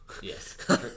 Yes